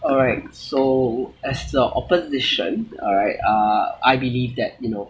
alright so as a opposition alright uh I believe that you know